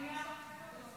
עשר דקות.